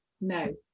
No